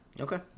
Okay